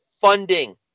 funding